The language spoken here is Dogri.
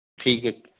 ठीक ऐ